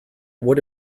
what